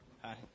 Hi